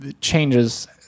changes